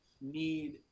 need